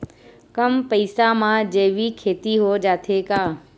कम पईसा मा जैविक खेती हो जाथे का?